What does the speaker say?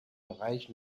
bereich